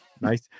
Nice